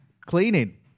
cleaning